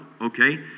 okay